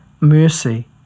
mercy